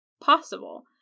possible